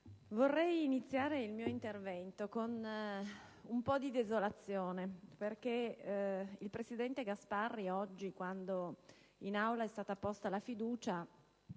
inizio il mio intervento con un po' di desolazione, perché il presidente Gasparri oggi, quando in Aula è stata posta la fiducia,